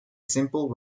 simple